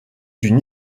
une